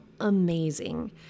amazing